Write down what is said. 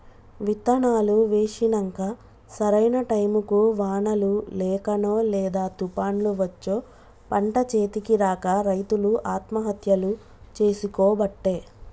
విత్తనాలు వేశినంక సరైన టైముకు వానలు లేకనో లేదా తుపాన్లు వచ్చో పంట చేతికి రాక రైతులు ఆత్మహత్యలు చేసికోబట్టే